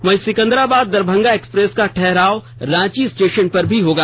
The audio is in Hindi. वहीं सिकंदराबाद दरभंगा एक्सप्रेस का ठहराव रांची स्टेशन पर भी होगा